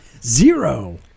Zero